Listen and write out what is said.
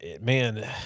man